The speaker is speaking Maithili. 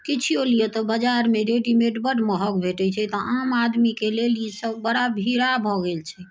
किछुओ लिअ तऽ बजारमे रेडीमेड बड महग भेटैत छै तऽ आम आदमीके लेल ई सभ बड़ा भिराह भऽ गेल छै